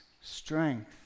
strength